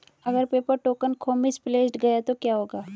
अगर paper token खो misplaced गया तो क्या होगा?